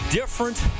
different